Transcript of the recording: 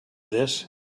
this